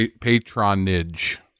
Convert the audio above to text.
Patronage